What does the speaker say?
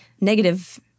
negative